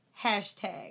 Hashtag